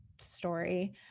story